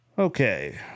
Okay